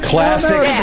Classic